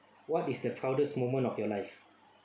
what is the proudest moment of your life